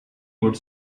would